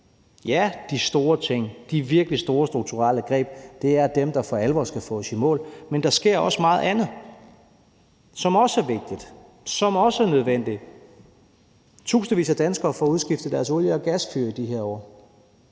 Ja, de store ting, de virkelig store strukturelle greb, er dem, der for alvor skal få os i mål, men der sker også meget andet, som også er vigtigt, som også er nødvendigt. Tusindvis af danskere får udskiftet deres olie- og gasfyr i de her år.